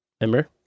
Remember